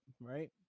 right